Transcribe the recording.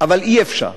אבל אי-אפשר.